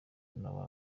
n’aba